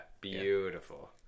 beautiful